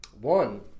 one